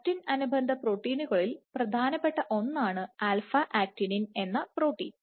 actin അനുബന്ധ പ്രോട്ടീനുകളിൽ പ്രധാനപ്പെട്ട ഒന്നാണ് ആൽഫ ആക്റ്റിനിൻ α Actinin എന്ന ഈ പ്രോട്ടീൻ